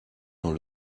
dans